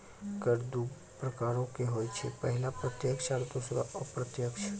कर दु प्रकारो के होय छै, पहिला प्रत्यक्ष आरु दोसरो अप्रत्यक्ष